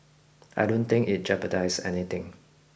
I don't think it jeopardizes anything